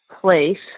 place